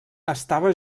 estava